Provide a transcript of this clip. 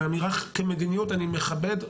ומדיניות אני מכבד,